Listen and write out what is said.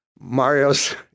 Mario's